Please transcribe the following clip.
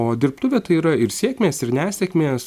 o dirbtuvė tai yra ir sėkmės ir nesėkmės